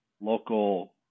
local